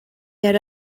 yari